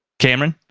cameron?